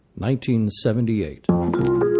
1978